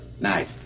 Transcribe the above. Night